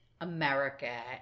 America